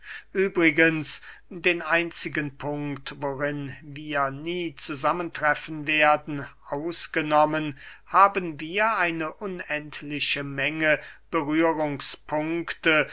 übrigens den einzigen punkt worin wir nie zusammen treffen werden ausgenommen haben wir eine unendliche menge berührungspunkte